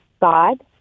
God